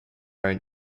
own